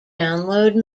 download